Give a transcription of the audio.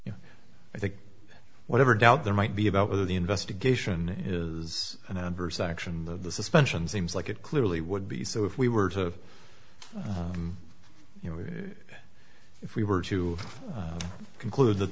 you i think whatever doubt there might be about whether the investigation is an adverse action the suspension seems like it clearly would be so if we were to you know if we were to conclude that